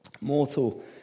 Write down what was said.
Mortal